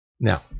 Now